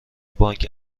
بانک